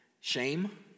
shame